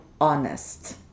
honest